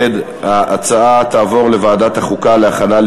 ההצעה להעביר את הצעת חוק למניעת